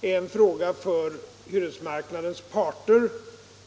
är en fråga för hyresmarknadens parter.